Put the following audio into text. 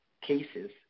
cases